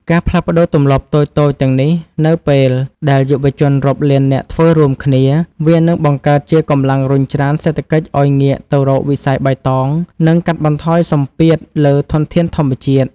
ការផ្លាស់ប្តូរទម្លាប់តូចៗទាំងនេះ នៅពេលដែលយុវជនរាប់លាននាក់ធ្វើរួមគ្នា វានឹងបង្កើតជាកម្លាំងរុញច្រានសេដ្ឋកិច្ចឱ្យងាកទៅរកវិស័យបៃតង និងកាត់បន្ថយសម្ពាធលើធនធានធម្មជាតិ។